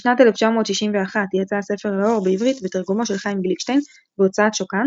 בשנת 1961 יצא הספר לאור בעברית בתרגומו של חיים גליקשטיין בהוצאת שוקן,